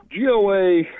GOA